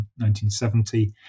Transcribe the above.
1970